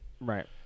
right